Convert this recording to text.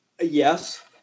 yes